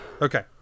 Okay